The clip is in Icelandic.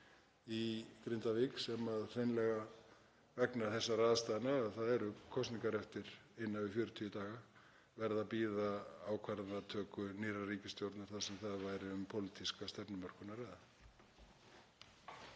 í Grindavík sem hreinlega, vegna þeirra aðstæðna að það eru kosningar eftir innan við 40 daga, verða að bíða ákvarðanatöku nýrrar ríkisstjórnar þar sem þar væri um pólitíska stefnumörkun að ræða.